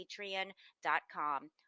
patreon.com